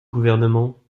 gouvernement